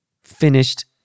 Finished